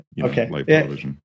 okay